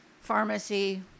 pharmacy